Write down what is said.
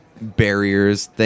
barriers